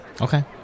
Okay